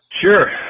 Sure